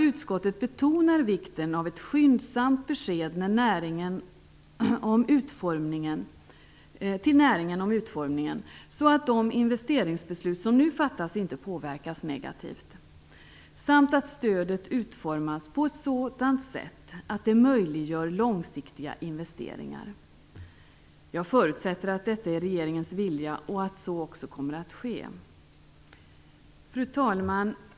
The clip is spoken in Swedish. Utskottet betonar vikten av ett skyndsamt besked till näringen om utformningen så att de investeringsbeslut som nu fattas inte påverkas negativt. Stödet bör utformas på ett sådant sätt att det möjliggör långsiktiga investeringar. Jag förutsätter att detta är regeringens vilja, och att så också kommer att ske. Fru talman!